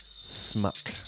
Smuck